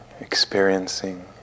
experiencing